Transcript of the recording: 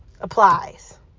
applies